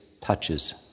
touches